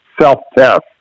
self-test